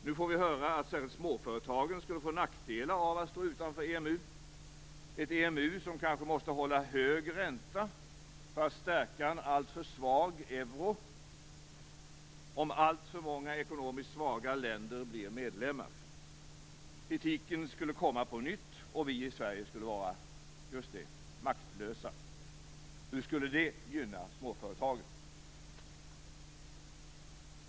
Nu får vi höra att särskilt småföretagen skulle få nackdelar av att stå utanför EMU, ett EMU som kanske måste hålla hög ränta för att stärka en alltför svag euro, om alltför många ekonomiskt svaga länder blir medlemmar. Kritiken skulle komma på nytt, och vi i Sverige skulle vara, ja, just det, maktlösa. Hur skulle det gynna småföretagen?